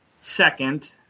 second